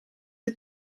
het